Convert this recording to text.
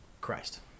Christ